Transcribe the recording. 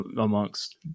amongst